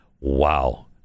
Wow